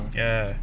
ya